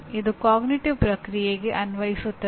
ಇದು ಅರಿವಿನ ಪ್ರಕ್ರಿಯೆಗೆ ಅನ್ವಯಿಸುತ್ತದೆ